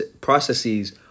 processes